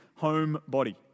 homebody